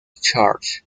church